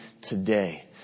today